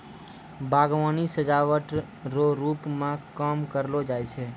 बागवानी सजाबट रो रुप मे काम करलो जाय छै